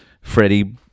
freddie